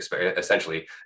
essentially